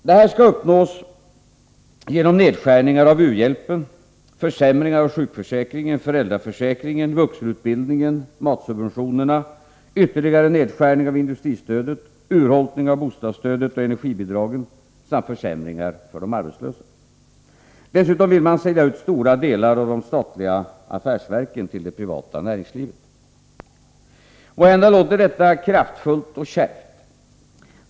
Detta skall uppnås genom nedskärningar av u-hjälpen, försämringar av sjukförsäkringen, föräldraförsäkringen, vuxenutbildningen, matsubventionerna, ytterligare nedskärning av industristödet, urholkning av bostadsstödet och energibidragen samt försämringar för de arbetslösa. Dessutom vill man sälja ut stora delar av de statliga affärsverken till det privata näringslivet. Måhända låter detta kraftfullt och kärvt.